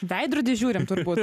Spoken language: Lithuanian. veidrodį žiūrim turbūt